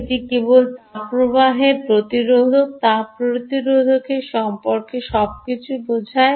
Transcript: এটি কেবল তাপ প্রতিরোধের তাপ প্রতিরোধের সম্পর্কে সবকিছু বোঝায়